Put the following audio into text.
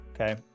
okay